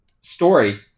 story